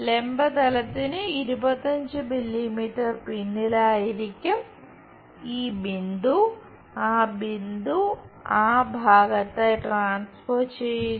ലംബ തലത്തിന് 25 മില്ലീമീറ്റർ പിന്നിലായിരിക്കാം ഈ ബിന്ദു ആ ബിന്ദു ആ ഭാഗത്തായി ട്രാൻസ്ഫർ ചെയ്യുക